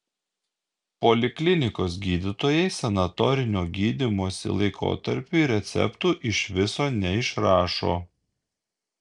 poliklinikos gydytojai sanatorinio gydymosi laikotarpiui receptų iš viso neišrašo